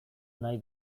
nahi